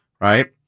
Right